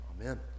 Amen